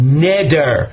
neder